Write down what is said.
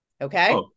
okay